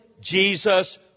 Jesus